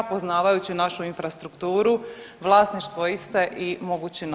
Poznavajući našu infrastrukturu vlasništvo iste i mogući napad.